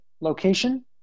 location